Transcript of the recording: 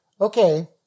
Okay